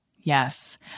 Yes